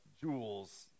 jewels